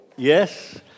Yes